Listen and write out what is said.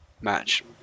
match